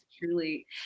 truly